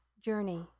journey